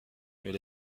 mais